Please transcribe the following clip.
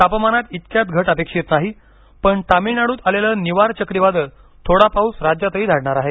तापमानात इतक्यात घट अपेक्षित नाही पण तमिळनाडूत आलेलं निवर चक्रीवादळ थोडा पाऊस राज्यातही धाडणार आहे